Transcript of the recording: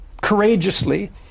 courageously